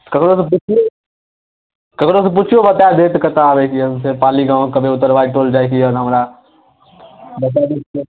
ककरोसँ पुछियौ ककरोसँ पुछियौ बताए देत कतय आबैके यए पाली गाम कहबै उत्तरवारि टोल जाइके यए हमरा बताए देत